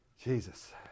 Jesus